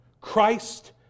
Christ